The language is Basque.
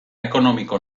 ekonomiko